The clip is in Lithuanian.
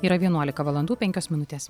yra vienuolika valandų penkios minutės